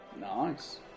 Nice